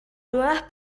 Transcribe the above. nuevas